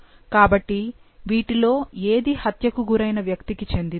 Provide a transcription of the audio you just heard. కాబట్టి వీటిలో ఏది హత్యకి గురైన వ్యక్తికి చెందింది